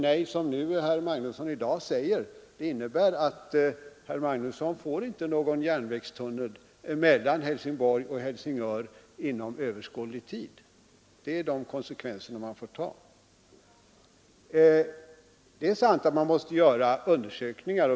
Herr Magnussons nej i dag innebär alltså att han inte får någon järnvägstunnel mellan Helsingborg och Helsingör inom överskådlig tid. Det är den konsekvens han får ta. Det är sant att man måste göra undersökningar.